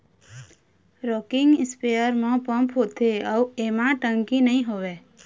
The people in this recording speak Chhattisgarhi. रॉकिंग इस्पेयर म पंप होथे अउ एमा टंकी नइ होवय